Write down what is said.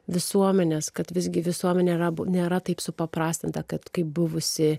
visuomenės kad visgi visuomenė yra nėra taip supaprastinta kad kaip buvusi